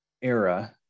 era